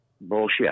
Bullshit